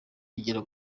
igera